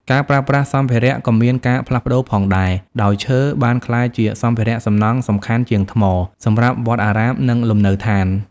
ការប្រើប្រាស់សម្ភារៈក៏មានការផ្លាស់ប្តូរផងដែរ ដោយឈើបានក្លាយជាសម្ភារៈសំណង់សំខាន់ជាងថ្ម សម្រាប់វត្តអារាម និងលំនៅឋាន។